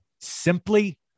simply